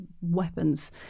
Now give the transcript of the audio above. weapons